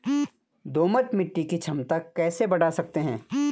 दोमट मिट्टी की क्षमता कैसे बड़ा सकते हैं?